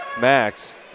Max